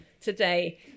today